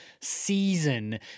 season